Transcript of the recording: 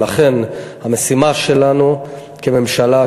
ולכן המשימה שלנו כממשלה,